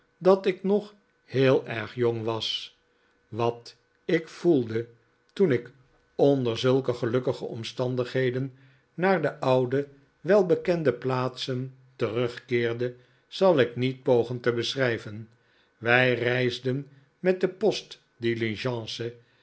dat ik nog heel erg jong was wat ik voelde toen ik onder zulke gelukkige omstandigheden naar de oude welbekende plaatsen terugkeerde zal ik niet pogen te beschrijven wij reisden met de